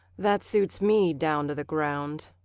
that suits me down to the ground.